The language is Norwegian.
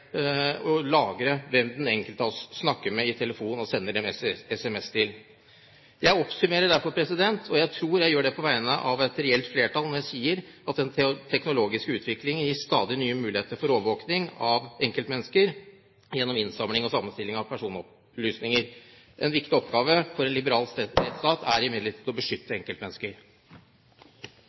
og lagre hvem den enkelte av oss snakker med i telefonen og sender SMS til? Jeg oppsummerer derfor, og jeg tror jeg gjør det på vegne at et reelt flertall når jeg sier at den teknologiske utviklingen gir stadig nye muligheter for overvåkning av enkeltmennesker gjennom innsamling og sammenstilling av personopplysninger. En viktig oppgave for en liberal rettsstat er imidlertid å beskytte enkeltmennesker.